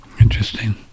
interesting